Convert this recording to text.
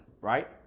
Right